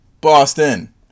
Boston